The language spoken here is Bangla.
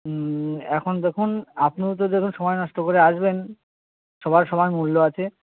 এখন দেখুন আপনিও তো দেখুন সময় নষ্ট করে আসবেন সবার সময়ের মূল্য আছে